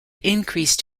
increased